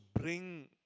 bring